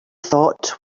thought